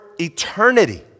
eternity